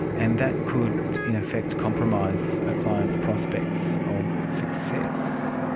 and that could in effect compromise a client's prospects of success.